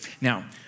Now